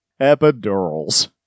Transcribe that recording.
Epidurals